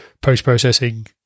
post-processing